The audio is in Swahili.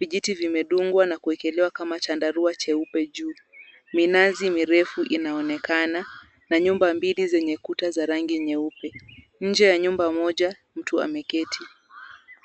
vijiti vimedugwa na kuekelewa kama chandarua cheupe juu, minazi mirefu inaonekana na nyumba mbili zenye kuta za rangi nyeupe, nje ya nyumba moja mtu ameketi.